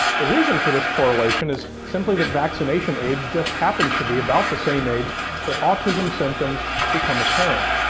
the reason for this correlation is simply that vaccination age just happens to be about the same age that autism symptoms become apparent.